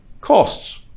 costs